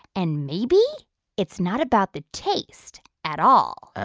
and maybe it's not about the taste at all.